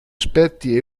aspetti